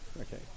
Okay